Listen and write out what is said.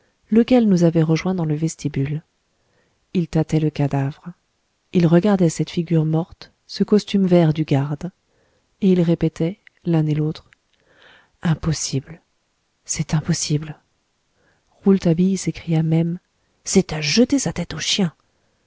lequel nous avait rejoint dans le vestibule ils tâtaient le cadavre ils regardaient cette figure morte ce costume vert du garde et ils répétaient l'un et l'autre impossible c'est impossible rouletabille s'écria même c'est à jeter sa tête aux chiens